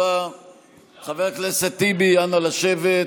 חבר הכנסת גינזבורג, זה לא עוזר.